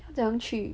要怎样去